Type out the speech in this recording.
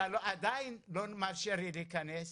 אתה עדיין לא מאפשר לי להיכנס.